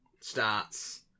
starts